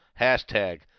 Hashtag